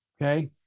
Okay